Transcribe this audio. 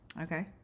okay